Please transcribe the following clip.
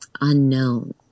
unknown